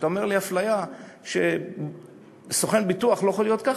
כשאתה אומר לי שזו אפליה שסוכן ביטוח לא יכול להיות ככה,